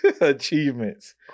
achievements